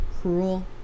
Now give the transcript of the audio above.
cruel